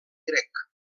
grec